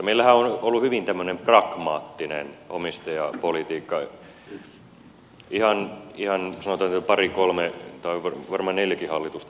meillähän on ollut hyvin tämmöinen pragmaattinen omistajapolitiikka ihan sanotaan nyt pari kolme tai varmaan neljäkin hallitusta taaksepäin